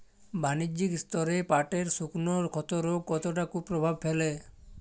বাণিজ্যিক স্তরে পাটের শুকনো ক্ষতরোগ কতটা কুপ্রভাব ফেলে?